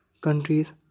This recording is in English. countries